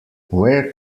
where